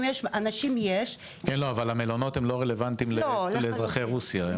אנשים יש --- כן אבל המלונות לא רלוונטיים לאזרחי רוסיה,